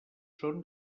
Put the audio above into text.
són